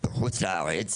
בחוץ לארץ